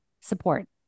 support